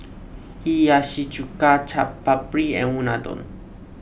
Hiyashi Chuka Chaat Papri and Unadon